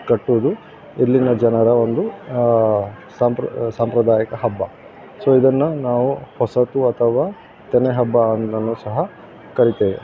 ಕಟ್ಟೋದು ಇಲ್ಲಿನ ಜನರ ಒಂದು ಸಾಂಪ್ರ ಸಾಂಪ್ರದಾಯಿಕ ಹಬ್ಬ ಸೊ ಇದನ್ನು ನಾವು ಹೊಸತು ಅಥವಾ ತೆನೆ ಹಬ್ಬ ಅಂತನು ಸಹ ಕರಿತೇವೆ